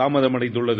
தாமதமடைந்துள்ளது